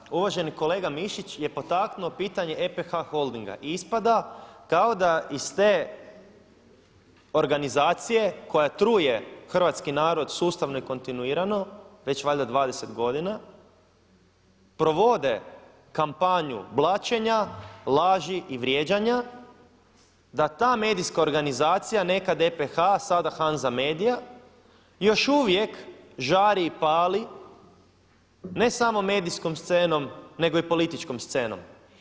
Pa da uvaženi kolega Mišić je potaknuo pitanje EPH holdinga i ispada kao da iz te organizacije koja truje hrvatski narod sustavno i kontinuirano već valjda 20 godina provode kampanju blaćenja, laži i vrijeđanja da ta medijska organizacija nekad EPH a sada Hanza media još uvijek žari i pali ne samo medijskom scenom nego i političkom scenom.